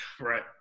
Right